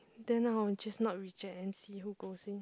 then I will just not reject and see who goes in